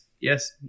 Yes